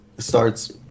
starts